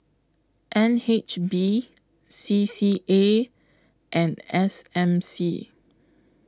N H B C C A and S M C